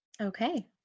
okay